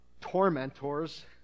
tormentors